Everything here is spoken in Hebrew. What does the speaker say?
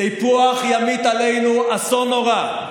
סיפוח ימיט עלינו אסון נורא.